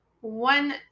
One